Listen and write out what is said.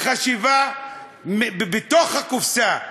בחשיבה בתוך הקופסה,